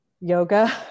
yoga